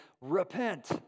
Repent